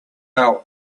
our